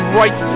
right